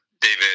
David